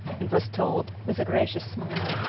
and was told, with a gracious smile,